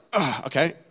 okay